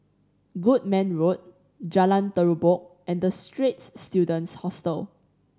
Goodman Road Jalan Terubok and The Straits Students Hostel